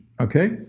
Okay